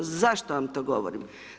Zašto vam to govorim?